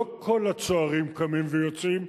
לא כל הצוערים קמים ויוצאים,